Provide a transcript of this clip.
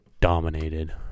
dominated